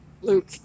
Luke